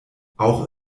auch